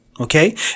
Okay